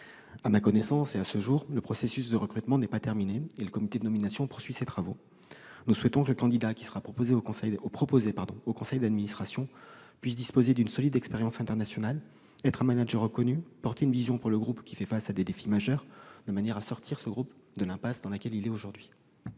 À ma connaissance, et à ce jour, le processus de recrutement n'est pas terminé, et le comité de nomination poursuit ses travaux. Nous souhaitons que le candidat qui sera proposé au conseil d'administration puisse disposer d'une solide expérience internationale, être un manager reconnu et porter une vision pour le groupe, qui fait face à des défis majeurs, de manière à l'aider à sortir de l'impasse dans laquelle il se trouve aujourd'hui.